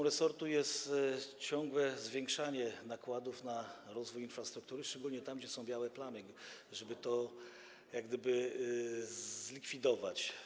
resortu jest ciągłe zwiększanie nakładów na rozwój infrastruktury, szczególnie tam, gdzie są białe plamy, żeby to zlikwidować.